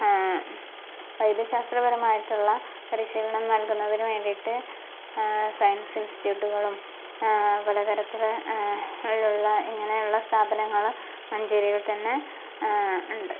വൈദ്യശാസ്ത്ര പരമായിട്ടുള്ള പരിശീലനം നൽകുന്നതിന് വേണ്ടിയിട്ട് സയൻസ് ഇൻസ്റ്റിറ്റ്യൂട്ടുകളും പലതരത്തിൽ ഇലുള്ള ഇങ്ങനെയുള്ള സ്ഥാപനങ്ങൾ മഞ്ചേരിയിൽ തന്നെ ഉണ്ട്